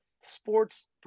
sports